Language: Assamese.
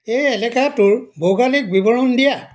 এই এলেকাটোৰ ভৌগোলিক বিৱৰণ দিয়া